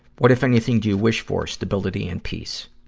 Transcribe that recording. what, if anything, do you wish for? stability and peace.